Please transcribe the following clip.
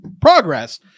progress